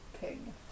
Ping